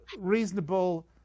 reasonable